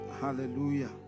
hallelujah